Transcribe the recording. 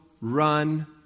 run